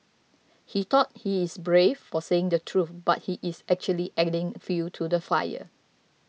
he thought he's brave for saying the truth but he's actually adding fuel to the fire